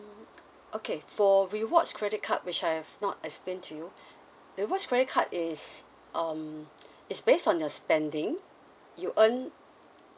mm okay for rewards credit card which I have not explain to you rewards credit card is um it's based on your spending you earn